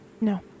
No